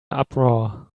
uproar